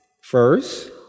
First